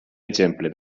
exemple